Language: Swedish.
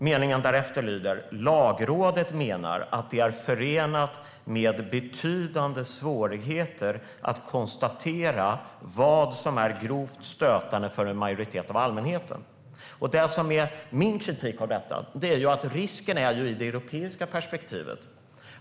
Meningen därefter lyder: Lagrådet menar att det är förenat med betydande svårigheter att konstatera vad som är grovt stötande för en majoritet av allmänheten. Min kritik mot detta är ur ett europeiskt perspektiv.